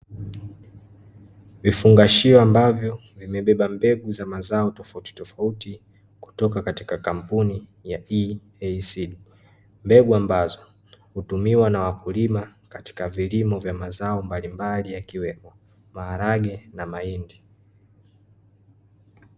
Vifungashio ambavyo vimebeba mbegu za mazao tofauti tofauti kutoka katika kampuni ya Easeed. Mbegu ambazo hutumiwa na wakulima katika vilimo vya mazao mbalimbali yakiwemo maharage na mahindi.